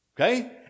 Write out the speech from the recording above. Okay